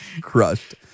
crushed